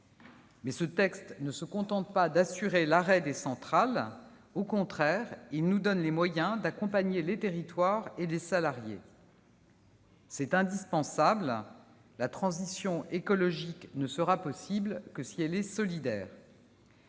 Mais le texte ne se contente pas d'assurer l'arrêt des centrales : il nous donne les moyens d'accompagner les territoires et les salariés- chose indispensable, car la transition écologique ne sera possible que si elle est solidaire.